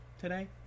today